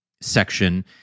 section